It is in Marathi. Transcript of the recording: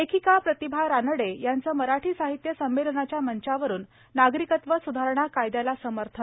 लेखिका प्रतिभा रानडे यांच मराठी साहित्य संमेलनाच्या मंचावरून नागरिकत्व सुधारणा कायद्याला समर्थन